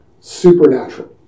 supernatural